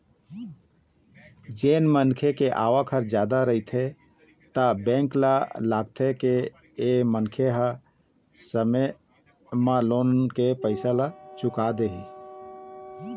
जेन मनखे के आवक ह जादा रहिथे त बेंक ल लागथे के ए मनखे ह समे म लोन के पइसा ल चुका देही